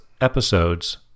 episodes